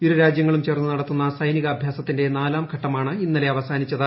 ഇരു രാജ്യങ്ങളും ചേർന്ന് നടത്തുന്ന സൈനിക അഭ്യാസത്തിന്റെ നാലാം ഘട്ടമാണ് ഇന്നലെ അവസാനിച്ചത്